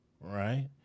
right